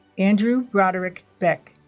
andrew broderick beck